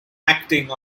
acting